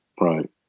right